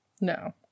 No